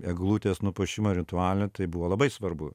eglutės nupuošimo rituale tai buvo labai svarbu